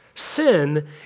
Sin